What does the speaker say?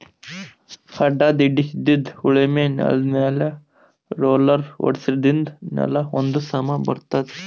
ಅಡ್ಡಾ ತಿಡ್ಡಾಇದ್ದಿದ್ ಉಳಮೆ ನೆಲ್ದಮ್ಯಾಲ್ ರೊಲ್ಲರ್ ಓಡ್ಸಾದ್ರಿನ್ದ ನೆಲಾ ಒಂದ್ ಸಮಾ ಬರ್ತದ್